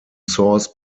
source